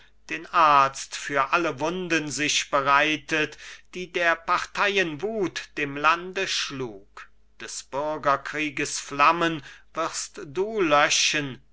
den arzt für alle wunden sich bereitet die der parteien wut dem lande schlug des bürgerkrieges flammen wirst du löschen